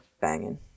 banging